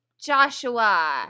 Joshua